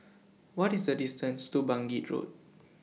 What IS The distance to Bangkit Road